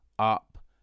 up